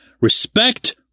respect